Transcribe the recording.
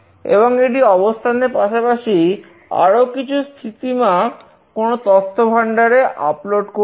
এবং এটি অবস্থানের পাশাপাশি আরো কিছু স্থিতিমাপ কোন তথ্য ভান্ডারে আপলোড করবে